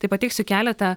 tai pateiksiu keletą